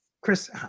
Chris